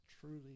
truly